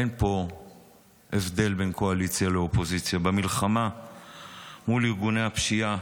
אין פה הבדל בין קואליציה לאופוזיציה במלחמה מול ארגוני הפשיעה,